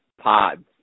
pods